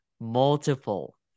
multiple